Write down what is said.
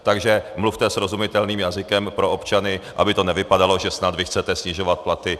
Takže mluvte srozumitelným jazykem pro občany, aby to nevypadalo, že snad vy chcete snižovat platy.